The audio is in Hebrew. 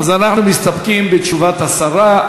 אז אנחנו מסתפקים בתשובת השרה.